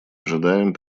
ожидаем